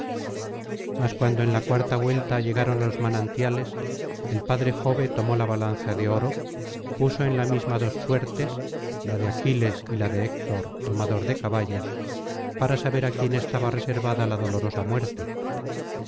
mas cuando en la cuarta vuelta llegaron á los manantiales el padre jove tomó la balanza de oro puso en la misma dos suertes la de aquiles y la de héctor domador de caballos para saber á quién estaba reservada la dolorosa muerte